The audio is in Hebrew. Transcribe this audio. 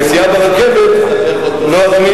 הנסיעה ברכבת, אתה רוצה לסבך אותו?